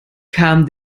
kam